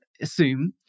assume